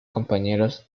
compañeros